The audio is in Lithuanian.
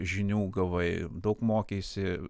žinių gavai daug mokeisi